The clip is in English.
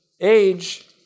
age